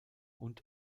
und